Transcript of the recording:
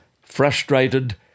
Frustrated